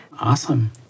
Awesome